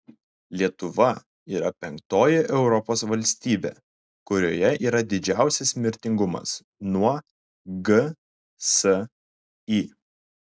lietuva yra penktoji europos valstybė kurioje yra didžiausias mirtingumas nuo gsi